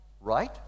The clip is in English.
right